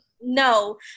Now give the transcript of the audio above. no